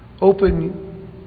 open